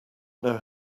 know